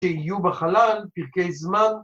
תהיו בחלל פרקי זמן